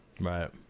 Right